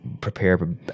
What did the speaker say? prepare –